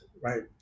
Right